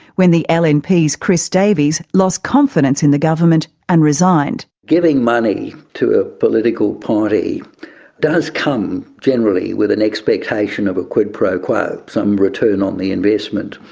when the lnp's chris davis lost confidence in the government and resigned. giving money to a political party does come generally with an expectation of a quid pro quo, some return on the investment.